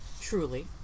truly